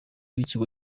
w’ikigo